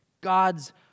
God's